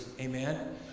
Amen